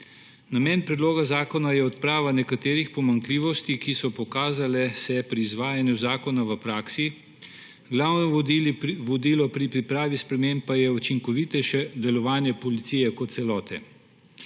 Namen predloga zakona je odprava nekaterih pomanjkljivosti, ki so pokazale se pri izvajanju zakona v praksi. Glavno vodilo pri pripravi sprememb pa je učinkovitejše delovanje policije kot celote.